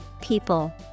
people